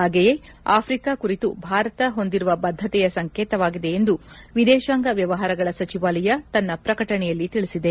ಹಾಗೆಯೇ ಆಫ್ರಿಕಾ ಕುರಿತು ಭಾರತ ಹೊಂದಿರುವ ಬದ್ಧತೆಯ ಸಂಕೇತವಾಗಿದೆ ಎಂದು ವಿದೇಶಾಂಗ ವ್ಕವಹಾರಗಳ ಸಚಿವಾಲಯ ತನ್ನ ಪ್ರಕಟಣೆಯಲ್ಲಿ ತಿಳಿಸಿದೆ